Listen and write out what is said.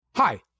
Hi